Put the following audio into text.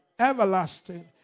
everlasting